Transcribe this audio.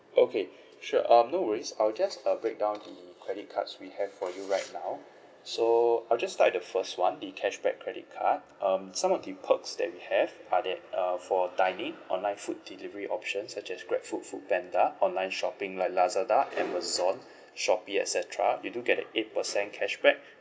okay sure um no worries I'll just uh break down the credit cards we have for you right now so I will just start with the first one the cashback credit card um some of the perks that we have are that uh for dining online food delivery options such as Grabfood Foodpanda online shopping like Lazada Amazon Shopee et cetera you do get a eight percent cashback